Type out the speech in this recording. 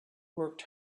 worked